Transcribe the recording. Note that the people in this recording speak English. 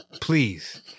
please